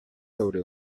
sobre